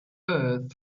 earth